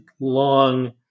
long